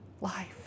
life